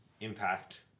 impact